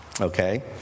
Okay